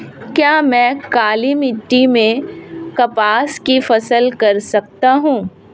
क्या मैं काली मिट्टी में कपास की फसल कर सकता हूँ?